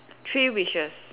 three wishes